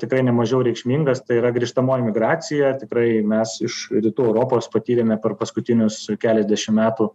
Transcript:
tikrai ne mažiau reikšmingas tai yra grįžtamoji migracija tikrai mes iš rytų europos patyrėme per paskutinius keliasdešim metų